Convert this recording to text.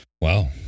Wow